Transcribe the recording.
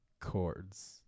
chords